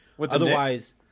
Otherwise –